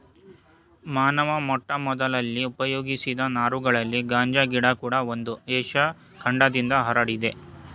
ಮಾನವ ಮೊಟ್ಟಮೊದಲಲ್ಲಿ ಉಪಯೋಗಿಸಿದ ನಾರುಗಳಲ್ಲಿ ಗಾಂಜಾ ಗಿಡ ಕೂಡ ಒಂದು ಏಷ್ಯ ಖಂಡದಿಂದ ಹರಡಿದೆ